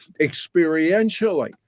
experientially